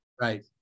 right